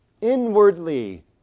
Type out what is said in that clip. inwardly